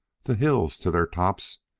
the hills, to their tops,